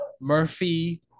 Murphy